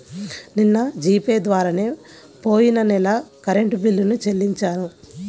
నిన్న G Pay ద్వారానే పొయ్యిన నెల కరెంట్ బిల్లుని చెల్లించాను